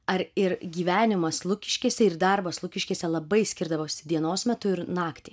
ar ir gyvenimas lukiškėse ir darbas lukiškėse labai skirdavos dienos metu ir naktį